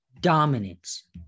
dominance